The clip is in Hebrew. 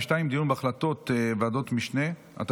101) (רכישת דירה עבור ילד יתום מאחד מהוריו),